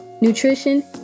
nutrition